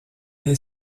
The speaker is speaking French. est